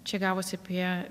čia gavosi apie